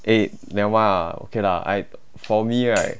eh never mind lah okay lah I for me right